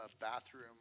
bathroom